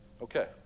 Okay